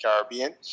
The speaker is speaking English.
Caribbean